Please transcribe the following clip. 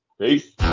Peace